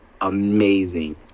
amazing